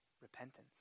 repentance